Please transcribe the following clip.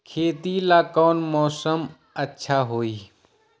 खेती ला कौन मौसम अच्छा होई?